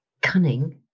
cunning